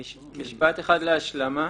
משפט אחד להשלמה.